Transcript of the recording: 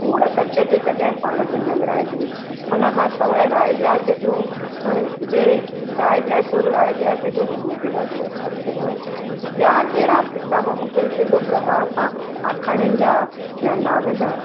कूड़ कच ते कॾहिं पाण खे न विरिहाइजे उन खां सवाइ राय ॾियाच जो जे राय ॾियाच सुर राय ॾियाच जो मूं ते ॾाढो असुरु पियो आहे ॿियां कहिड़ा बि किताब मूंखे एॾो प्रभावित का आखाणियुनि जा या नाविल